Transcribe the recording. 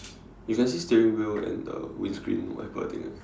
you can see steering wheel and the windscreen wiper thing right